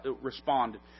responded